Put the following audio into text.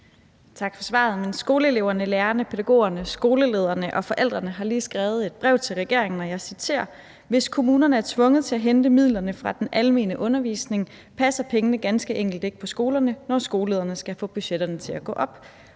Tak for svaret. Men skoleeleverne, lærerne, pædagogerne, skolelederne og forældrene har lige skrevet et brev til regeringen, og jeg citerer: Hvis kommunerne er tvunget til at hente midlerne fra den almene undervisning, passer pengene ganske enkelt ikke på skolerne, når skolelederne skal få budgetterne til at gå op.